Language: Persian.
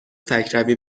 تکروی